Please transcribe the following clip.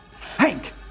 Hank